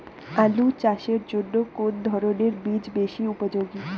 আলু চাষের জন্য কোন ধরণের বীজ বেশি উপযোগী?